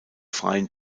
freien